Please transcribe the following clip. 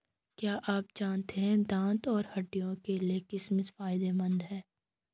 क्या आप जानते है दांत और हड्डियों के लिए किशमिश फायदेमंद है?